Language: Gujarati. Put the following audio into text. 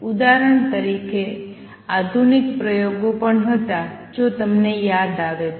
ઉદાહરણ તરીકે આધુનિક પ્રયોગો પણ હતા જો તમને યાદ આવે તો